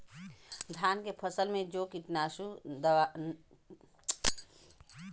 धान के फसल मे जो कीटानु नाशक दवाई डालब कितना?